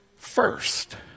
First